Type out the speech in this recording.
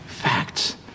Facts